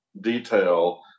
detail